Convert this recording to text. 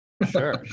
sure